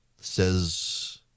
says